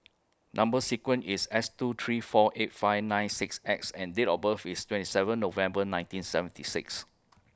Number sequence IS S two three four eight five nine six X and Date of birth IS twenty seven November nineteen seventy six